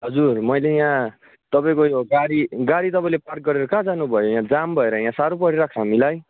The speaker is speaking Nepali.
हजुर मैले यहाँ तपाईँको यो गाडी गाडी तपाईँले पार्क गरेर कहाँ जानु भयो यहाँ जाम भएर यहाँ साह्रो परिरहेको छ हामीलाई